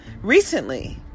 recently